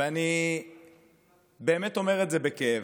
ואני באמת אומר את זה בכאב,